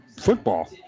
football